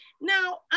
now